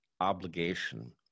obligation